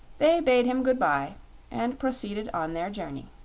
they bade him good-bye and proceeded on their journey.